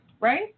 right